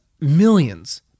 millions